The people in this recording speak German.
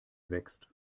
wächst